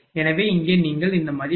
எனவே இங்கே நீங்கள் இந்த மதிப்புகள் V40